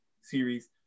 series